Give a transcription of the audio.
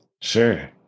Sure